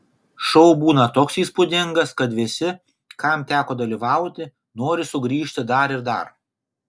šou būna toks įspūdingas kad visi kam teko dalyvauti nori sugrįžti dar ir dar